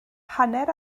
hanner